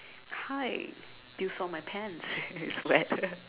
hi do you saw my pants it's wet